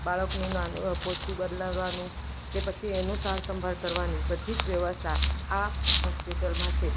બાળકનું નાનું પોતિયું બદલાવવાનું કે પછી એનું સારસંભાળ કરવાની બધી જ વ્યવસ્થા આ હોસ્પિટલમાં છે